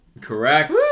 Correct